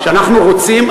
שאנחנו רוצים,